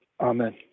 Amen